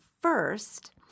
First